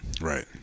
Right